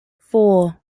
four